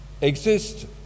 exist